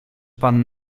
pan